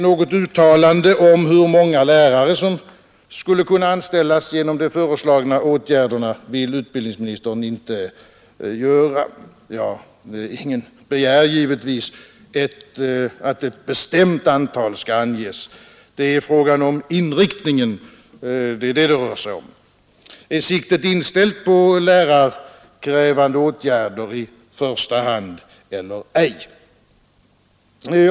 Något uttalande om hur många lärare som skulle kunna anställas genom de föreslagna åtgärderna vill utbildningsministern inte göra. Ingen begär givetvis heller att ett bestämt antal skall anges. Det är inriktningen det här rör sig om. Är siktet inställt på lärarkrävande åtgärder i första hand eller ej?